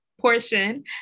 portion